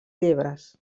llebres